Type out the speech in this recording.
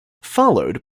followed